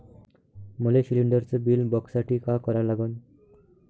मले शिलिंडरचं बिल बघसाठी का करा लागन?